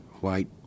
white